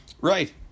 Right